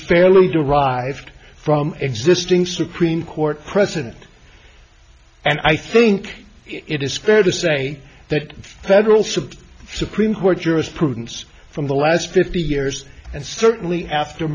fairly derived from existing supreme court precedent and i think it is fair to say that federal super supreme court jurisprudence from the last fifty years and certainly after